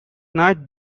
night